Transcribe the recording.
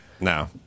no